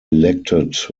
elected